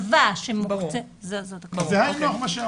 זה היינו הך.